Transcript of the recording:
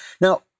Now